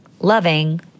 loving